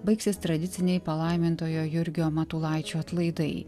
baigsis tradiciniai palaimintojo jurgio matulaičio atlaidai